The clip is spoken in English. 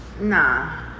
Nah